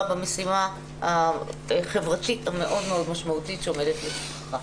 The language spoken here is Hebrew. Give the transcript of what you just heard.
במשימה החברתית המאוד מאוד משמעותית שעומדת לפתחך.